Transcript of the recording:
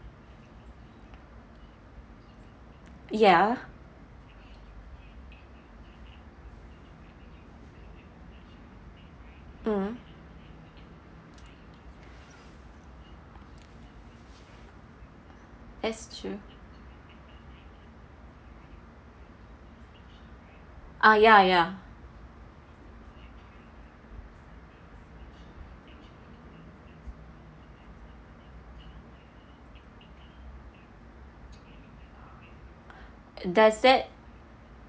ya mm that's true ah ya ya does that